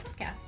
podcast